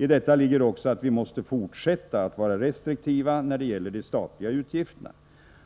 I detta ligger också att vi måste fortsätta att vara restriktiva när det gäller de statliga utgifterna.